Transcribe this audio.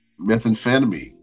methamphetamine